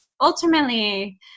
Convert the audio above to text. ultimately